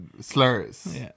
slurs